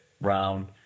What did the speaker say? round